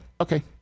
okay